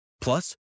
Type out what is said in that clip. Plus